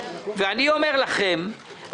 ואני אומר לכם,